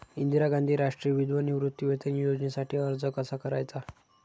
इंदिरा गांधी राष्ट्रीय विधवा निवृत्तीवेतन योजनेसाठी अर्ज कसा करायचा?